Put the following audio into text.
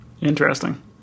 interesting